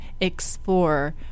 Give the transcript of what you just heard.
explore